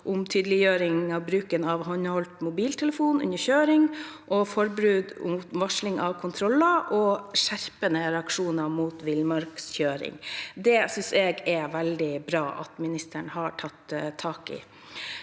om tydeliggjøring av bruken av håndholdt mobiltelefon under kjøring, forbud mot varsling av kontroller og skjerpede reaksjoner mot villmannskjøring. Jeg synes det er veldig bra at ministeren har tatt tak i